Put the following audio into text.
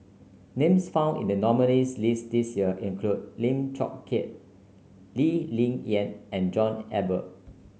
names found in the nominees' list this year include Lim Chong Keat Lee Ling Yen and John Eber